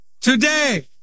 Today